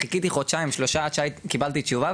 חיכיתי חודשיים-שלושה עד שקיבלתי תשובה,